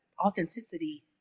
authenticity